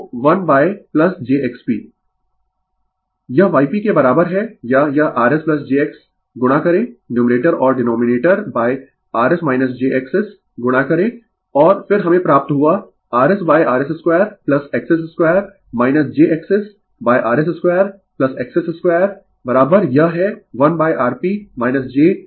Refer slide Time 0605 यह YP के बराबर है या यह rs jXS गुणा करें न्यूमरेटर और डीनोमिनेटर rs jXS गुणा करें और फिर हमें प्राप्त हुआ rsrs2XS2 jXSrs2XS2यह है 1Rp j 1XP rs